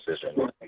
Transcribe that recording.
decision